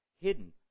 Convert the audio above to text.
hidden